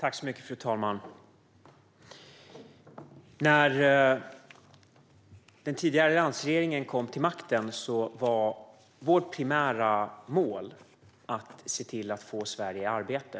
Fru talman! När den tidigare alliansregeringen kom till makten var vårt primära mål att se till att få Sverige i arbete.